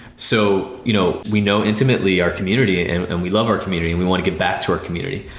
so you know we know intimately our community and and we love our community we want to give back to our community,